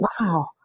wow